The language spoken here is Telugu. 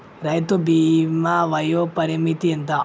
రైతు బీమా వయోపరిమితి ఎంత?